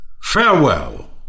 Farewell